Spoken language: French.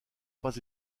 pas